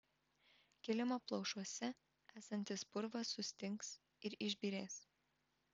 kilimo plaušuose esantis purvas sustings ir išbyrės